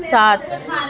سات